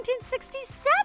1967